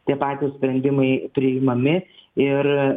tie patys sprendimai priimami ir